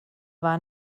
war